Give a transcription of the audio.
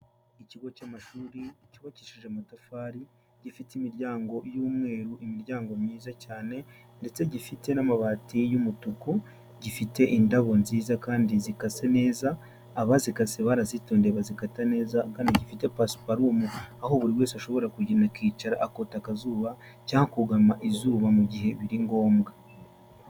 Ikigo cy'amashuri cyubakishije amatafari, gifite imiryango y'umweru, imiryango myiza cyane ndetse gifite n'amabati y'umutuku, gifite indabo nziza kandi zikase neza, abazikase barazitondeye bazikata neza, kandi gifite pasiparumu, aho buri wese ashobora kugenda akicara akota akazuba cyangwa akugama izuba mu gihe biri ngombwa.